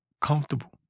comfortable